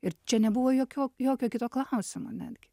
ir čia nebuvo jokio jokio kito klausimo netgi